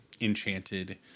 enchanted